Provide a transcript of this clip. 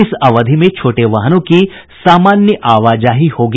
इस अवधि में छोटे वाहनों की सामान्य आवाजाही होगी